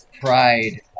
Pride